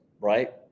right